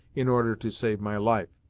in order to save my life.